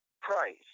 price